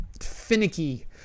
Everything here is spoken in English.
finicky